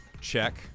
check